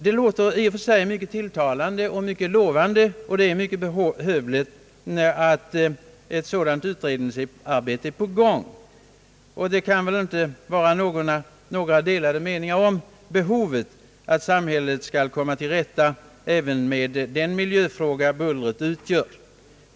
Det låter i och för sig mycket tilltalande och lovande att ett sådant utredningsarbete är på gång som jag nu refererat till. Inga delade meningar kan väl råda om önskemålet att samhället skall komma till rätta även med den miljöfråga bullret utgör.